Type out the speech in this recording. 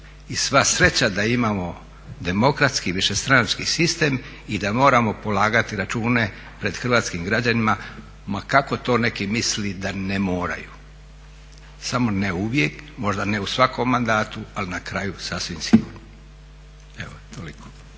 I sva sreća da imamo demokratski višestranački sistem i da moramo polagati račune pred hrvatskim građanima ma kako to neki mislili da ne moraju. Samo ne uvije, možda ne u svakom mandatu ali na kraju sasvim sigurno. Toliko.